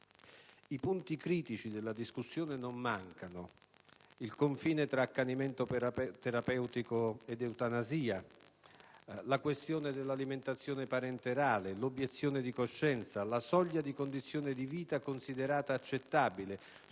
I punti critici della discussione non mancano. Il confine tra accanimento terapeutico ed eutanasia, la questione dell'alimentazione parenterale, l'obiezione di coscienza, la soglia di condizione di vita considerata accettabile,